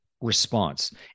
response